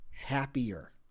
happier